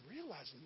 realizing